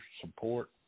support